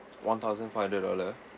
one thousand five hundred dollar